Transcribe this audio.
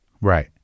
Right